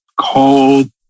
cold